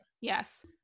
Yes